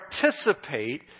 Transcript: participate